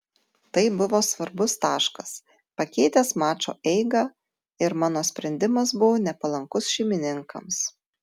tai buvo svarbus taškas pakeitęs mačo eigą ir mano sprendimas buvo nepalankus šeimininkams